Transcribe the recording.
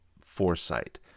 foresight